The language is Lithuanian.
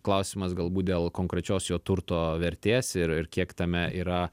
klausimas galbūt dėl konkrečios jo turto vertės ir ir kiek tame yra